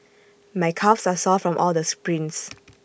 my calves are sore from all the sprints